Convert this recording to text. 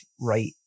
right